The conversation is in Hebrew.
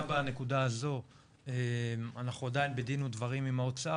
בנקודה הזאת אנחנו עדיין בדין ודברים עם האוצר,